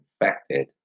infected